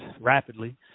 rapidly